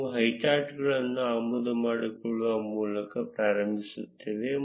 ನಾವು ಹೈಚಾರ್ಟ್ಗಳನ್ನು ಆಮದು ಮಾಡಿಕೊಳ್ಳುವ ಮೂಲಕ ಪ್ರಾರಂಭಿಸುತ್ತೇವೆ